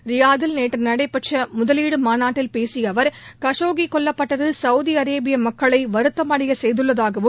ரியாதில் நேற்று நடைபெற்ற முதலீடு மாநாட்டில் பேசிய அவர் கசோக்கி கொல்லப்பட்டது சவுதி அரேபிய மக்களை வருத்தமடைய செய்துள்ளதாகவும்